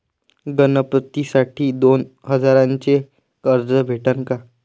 गणपतीसाठी दोन हजाराचे कर्ज भेटन का?